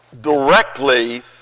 directly